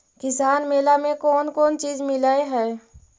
किसान मेला मे कोन कोन चिज मिलै है?